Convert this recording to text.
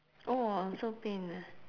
oh !wah! so pain ah